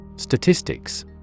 Statistics